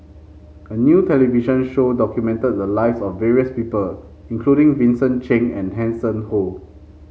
a new television show documented the lives of various people including Vincent Cheng and Hanson Ho